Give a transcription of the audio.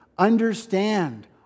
Understand